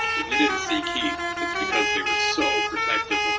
if you didn't see keith it's because they were so protective of